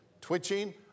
Twitching